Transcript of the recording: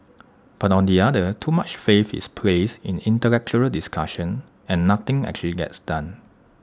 but on the other too much faith is placed in intellectual discussion and nothing actually gets done